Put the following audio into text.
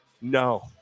no